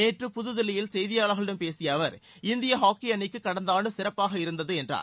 நேற்று புதுதில்லியில் செய்தியாளர்களிடம் பேசிய அவர் இந்திய ஹாக்கி அணிக்கு கடந்த ஆண்டு சிறப்பாக இருந்தது என்றார்